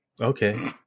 Okay